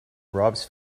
bribes